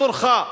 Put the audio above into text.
דמוקרטיה בתורך.